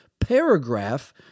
paragraph